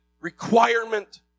requirement